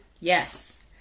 Yes